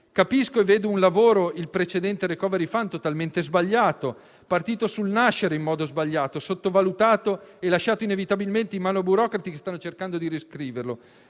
Capisco e vedo un lavoro, il precedente *recovery plan,* totalmente sbagliato, partito sul nascere in modo sbagliato, sottovalutato e lasciato inevitabilmente in mano a burocrati che stanno cercando di riscriverlo.